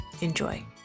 Enjoy